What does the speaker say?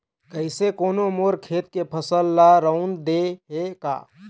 कइसे कोनो मोर खेत के फसल ल रंउद दे हे का?